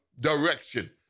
direction